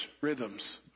rhythms